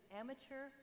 amateur